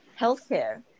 healthcare